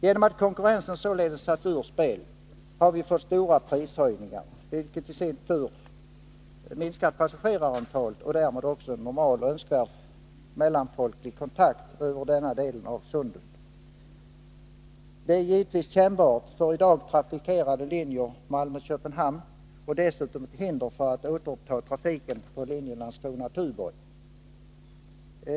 Genom att konkurrensen således satts ur spel, har vi fått stora prishöjningar, vilka i sin tur minskat passagerarantalet och därmed också en normal och önskvärd mellanfolklig kontakt över denna del av sundet. Det är givetvis kännbart för i dag trafikerade linjer Malmö-Köpenhamn och dessutom ett hinder för att återuppta trafiken på linjen Landskrona-Tuborg.